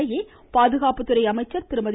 இதனிடையே பாதுகாப்புத்துறை அமைச்சர் திருமதி